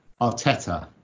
Arteta